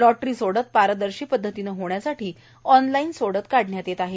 lottery सोडत ही पारदर्शी पद्धतीनं होण्यासाठी ऑनलाईन सोडत काढण्यात येत आहे